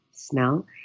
smell